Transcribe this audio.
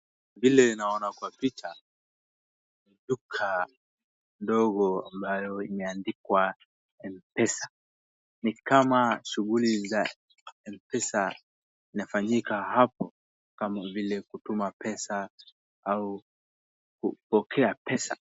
Vile naona kwa picha duka ndogo ambayo imeandikwa M-PESA. Ni kama shughuli za M-PESA zinafanyika hapo kama vile kutuma pesa au kupokea pesa.